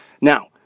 Now